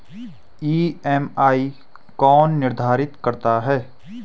EMI कौन निर्धारित करता है?